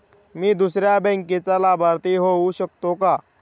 मी दुसऱ्या बँकेचा लाभार्थी होऊ शकतो का?